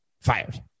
fired